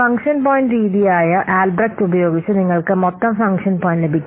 function point രീതിയായ Albrecht ഉപയോഗിച്ച് നിങ്ങൾക്ക് മൊത്തം ഫംഗ്ഷൻ പോയിൻറ് ലഭിക്കും